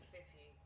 City